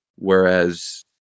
Whereas